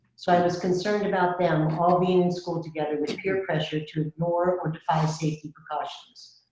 so i was concerned about them all being in school together with peer pressure to ignore or defy safety precautions.